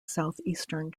southeastern